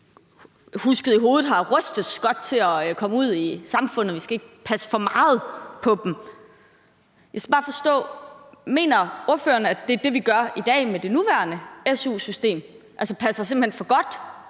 husket i hovedet – skal rustes godt til at komme ud i samfundet, og at vi ikke skal passe for meget på dem. Jeg skal bare forstå, om ordføreren mener, at det er det, vi i dag gør med det nuværende su-system, altså at vi simpelt hen passer for godt